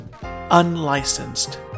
Unlicensed